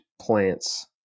plants